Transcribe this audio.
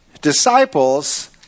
disciples